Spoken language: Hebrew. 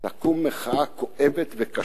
תקום מחאה כואבת וקשה,